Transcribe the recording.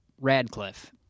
Radcliffe